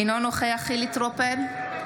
אינו נוכח חילי טרופר,